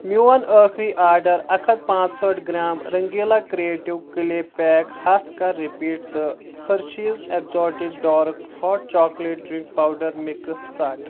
میون ٲخری آرڈر اَکھ ہتھ پانٛژھ ہٲٹھ گرٛام رٔنٛگیٖلا کرٛییٹِو کٕلے پیک ہتھ کر رِپیٖٹ تہٕ Hershey's exotic dark hot chocolate drink powder mix ژٹھ